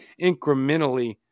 Incrementally